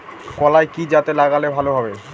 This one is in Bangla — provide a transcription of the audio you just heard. কলাই কি জাতে লাগালে ভালো হবে?